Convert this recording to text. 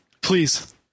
please